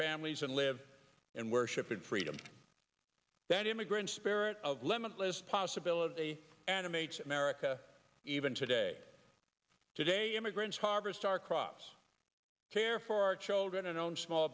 families and live and worship in freedom that immigrant spirit of limitless possibility animates america even today today immigrants harvest our crops care for our children and own small